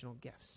gifts